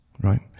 right